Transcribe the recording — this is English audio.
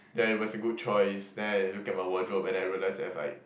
ya it was a good choice then I look at my wardrobe and I realize I've like